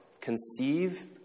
Conceive